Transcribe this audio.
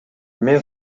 мен